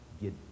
get